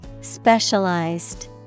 Specialized